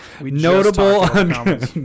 notable